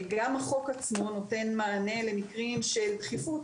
גם החוק עצמו נותן מענה למקרים דחופים,